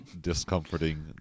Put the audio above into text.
discomforting